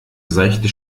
seichte